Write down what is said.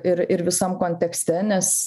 ir ir visam kontekste nes